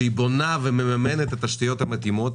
שהיא בונה ומממנת את התשתיות המתאימות,